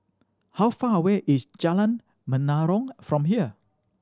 how far away is Jalan Menarong from here